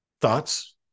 Thoughts